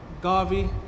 Garvey